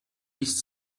liest